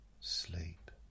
sleep